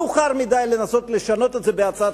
מאוחר מדי לנסות לשנות את זה בהצעת